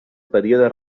període